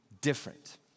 different